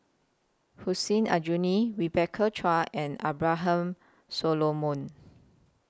Hussein Aljunied Rebecca Chua and Abraham Solomon